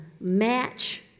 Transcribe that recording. match